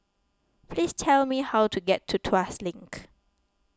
please tell me how to get to Tuas Link